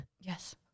Yes